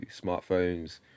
smartphones